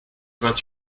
vingt